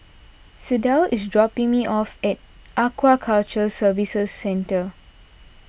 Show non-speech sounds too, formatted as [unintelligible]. [unintelligible] is dropping me off at Aquaculture Services Centre